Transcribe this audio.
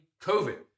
COVID